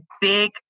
big